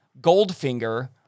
Goldfinger